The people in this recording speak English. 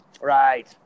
Right